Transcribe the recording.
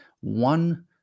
one